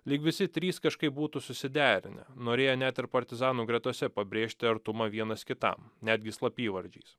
lyg visi trys kažkaip būtų susiderinę norėję net ir partizanų gretose pabrėžti artumą vienas kitam netgi slapyvardžiais